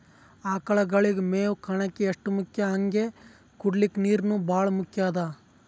ಆಕಳಗಳಿಗ್ ಮೇವ್ ಕಣಕಿ ಎಷ್ಟ್ ಮುಖ್ಯ ಹಂಗೆ ಕುಡ್ಲಿಕ್ ನೀರ್ನೂ ಭಾಳ್ ಮುಖ್ಯ ಅದಾ